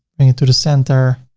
bring it to the center,